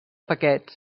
paquets